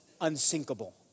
unsinkable